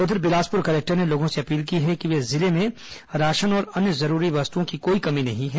उधर बिलासपुर कलेक्टर ने लोगों से अपील की है कि जिले में राशन और अन्य जरूरी वस्तुओं की कोई कमी नहीं है